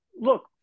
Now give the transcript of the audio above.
Look